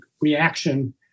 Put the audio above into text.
reaction